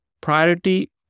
priority